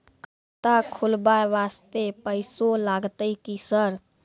खाता खोलबाय वास्ते पैसो लगते की सर?